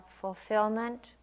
fulfillment